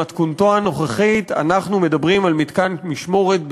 במתכונתו הנוכחית, אנחנו מדברים על מתקן משמורת,